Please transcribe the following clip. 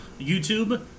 YouTube